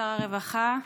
שר הרווחה,